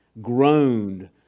groaned